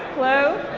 hello,